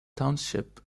township